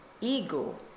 ego